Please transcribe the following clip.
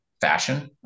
fashion